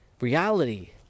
Reality